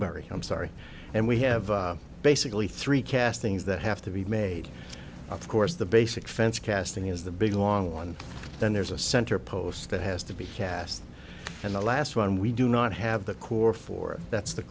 milbury i'm sorry and we have basically three castings that have to be made of course the basic fence casting is the big long one then there's a center post that has to be cast and the last one we do not have the core four that's the